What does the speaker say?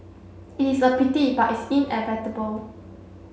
it is a pity but it's inevitable